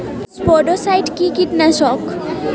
স্পোডোসাইট কি কীটনাশক?